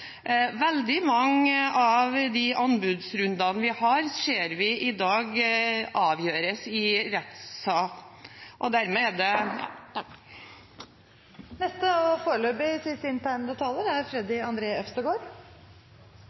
Veldig mange av de anbudsrundene vi har, ser vi i dag avgjøres i